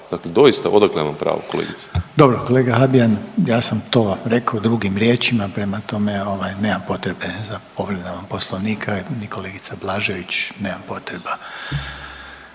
Dakle doista, odakle vam pravo, kolegice? **Reiner, Željko (HDZ)** Dobro, kolega Habijan, ja sam to rekao drugim riječima, prema tome, ovaj, nemam potrebe za povredama Poslovnika, ni kolegica Blažević, nema potreba.